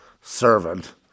servant